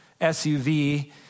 SUV